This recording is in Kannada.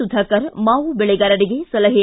ಸುಧಾಕರ್ ಮಾವು ಬೆಳೆಗಾರರಿಗೆ ಸಲಹೆ